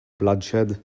bloodshed